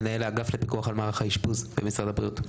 מנהל האגף לפיקוח על מערך האשפוז במשרד הבריאות.